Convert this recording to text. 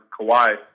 Kawhi